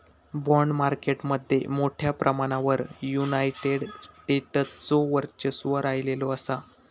bond market मध्ये मोठ्या प्रमाणावर युनायटेड स्टेट्सचो वर्चस्व राहिलेलो असा